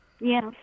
Yes